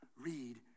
read